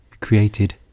created